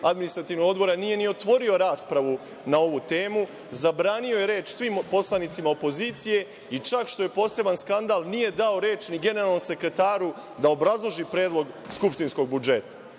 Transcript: Administrativnog odbora nije ni otvorio raspravu na ovu temu, zabranio je reč svim poslanicima opozicije i čak i što je poseban skandal nije dao reč ni generalnom sekretaru da obrazloži predlog skupštinskog budžeta. Na